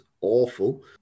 awful